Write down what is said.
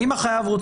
לא.